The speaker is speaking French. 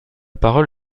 parole